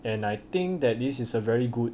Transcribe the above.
and I think that this is a very good